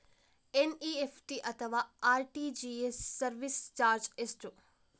NEFT ಅಥವಾ RTGS service charge ಎಷ್ಟು?